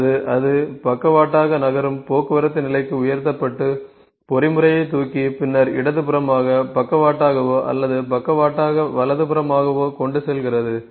அல்லது அது பக்கவாட்டாக நகரும் போக்குவரத்து நிலைக்கு உயர்த்தப்பட்டு பொறிமுறையைத் தூக்கி பின்னர் இடதுபுறமாக பக்கவாட்டாகவோ அல்லது பக்கவாட்டாக வலதுபுறமாகவோ கொண்டு செல்கிறது